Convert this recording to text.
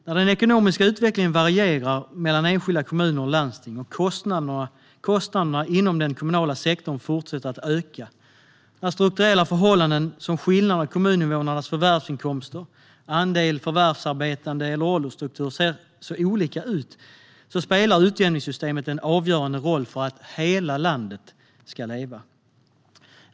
När den ekonomiska utvecklingen varierar mellan enskilda kommuner och landsting, när kostnaderna inom den kommunala sektorn fortsätter att öka och när strukturella förhållanden, såsom skillnader i kommuninvånarnas förvärvsinkomster, andel förvärvsarbetande och åldersstruktur, ser så olika ut spelar utjämningssystemet en avgörande roll för att hela landet ska leva.